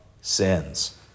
sins